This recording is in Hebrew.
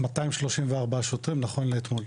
234 שוטרים נכון לאתמול.